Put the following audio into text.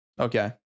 Okay